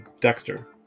Dexter